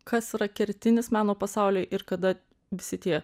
kas yra kertinis meno pasauliui ir kada visi tie